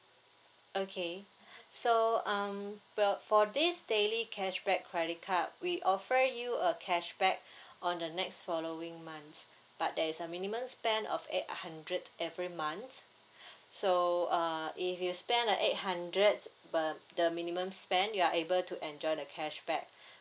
okay so um well for this daily cashback credit card we offer you a cashback on the next following month but there is a minimum spend of eight hundred every month so uh if you spend the eight hundreds per the minimum spend you are able to enjoy the cashback